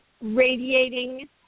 radiating